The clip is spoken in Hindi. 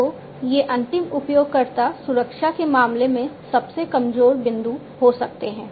तो ये अंतिम उपयोगकर्ता सुरक्षा के मामले में सबसे कमजोर बिंदु हो सकते हैं